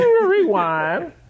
Rewind